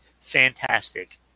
fantastic